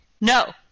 No